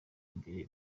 imbere